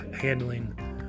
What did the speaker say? handling